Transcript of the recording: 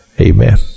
Amen